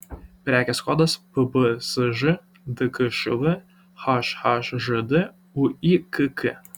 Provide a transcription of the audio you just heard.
prekės kodas pbsž dkšv hhžd uykk